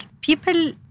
people